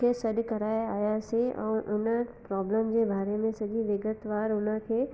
खे सॾ कराये आयासीं ऐं हुन प्रोब्लम जे बारे में सॼी विघत वार उनखे